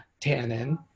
tannin